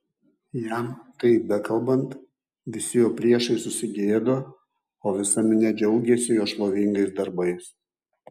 jam tai bekalbant visi jo priešai susigėdo o visa minia džiaugėsi jo šlovingais darbais